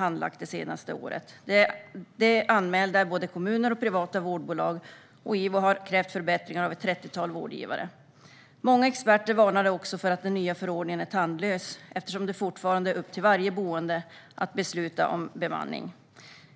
Anmälningarna gäller både kommuner och privata vårdbolag, och IVO har krävt förbättringar av ett trettiotal vårdgivare. Många experter varnar också för att den nya förordningen är tandlös, eftersom det fortfarande är upp till varje boende att besluta om bemanning.